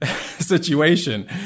situation